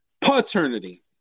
Paternity